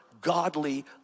godly